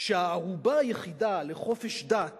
שהערובה היחידה לחופש דת